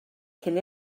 cyn